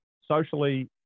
socially